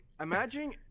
Imagine